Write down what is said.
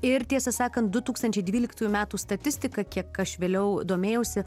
ir tiesą sakant du tūkstančiai dvyliktųjų metų statistika kiek aš vėliau domėjausi